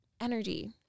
energy